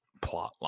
plotline